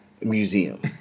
museum